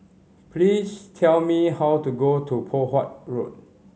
please tell me how to got to Poh Huat Road